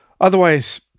Otherwise